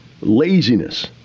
Laziness